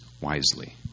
wisely